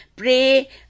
Pray